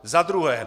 Za druhé.